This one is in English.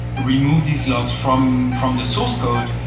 remove these logs from from the source code.